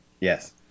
Yes